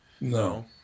No